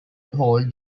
hold